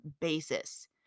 basis